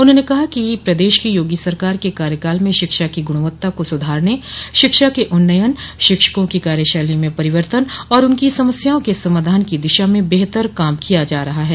उन्होंने कहा कि प्रदेश की योगी सरकार के कार्यकाल में शिक्षा की गुणवत्ता को सुधारने शिक्षा के उन्नयन शिक्षकों की कार्यशैली में परिवर्तन और उनकी समस्याओं के समाधान की दिशा में बेहतर काम किया जा रहा है